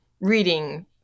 reading